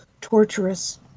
torturous